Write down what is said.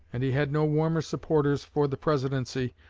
and he had no warmer supporters for the presidency,